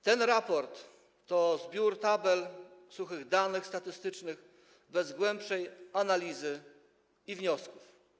Ten raport to zbiór tabel, suchych danych statystycznych, bez głębszej analizy i wniosków.